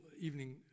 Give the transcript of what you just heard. evening